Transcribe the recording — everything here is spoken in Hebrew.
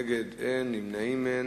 אין מתנגדים ואין נמנעים.